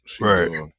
Right